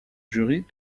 jury